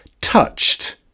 touched